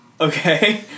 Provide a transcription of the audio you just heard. okay